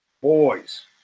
boys